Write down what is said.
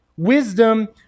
Wisdom